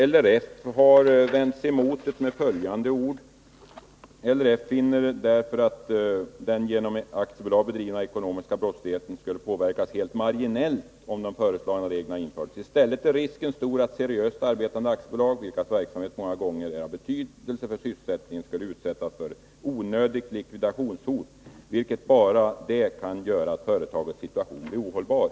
LRF har vänt sig emot förslaget med följande ord: LRF finner därför att den genom aktiebolag bedrivna ekonomiska brottsligheten skulle påverkas helt marginellt om de föreslagna reglerna infördes. I stället är risken stor att seriöst arbetande aktiebolag, vilkas verksamhet många gånger är av betydelse för sysselsättningen, skulle utsättas för onödigt likvidationshot, vilket bara det kan göra att företagets situation blir ohållbar.